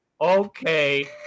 Okay